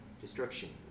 destruction